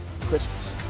Christmas